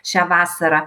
šią vasarą